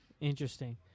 Interesting